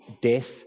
death